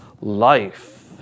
life